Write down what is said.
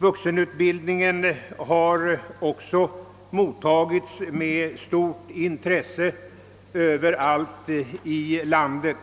Vuxenutbildningen har också mottagits med Stort intresse överallt i landet.